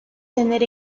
tener